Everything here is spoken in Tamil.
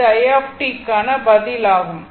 இது i க்கான பதில் ஆகும்